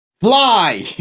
fly